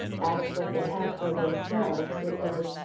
ask what they had for themselves, it was,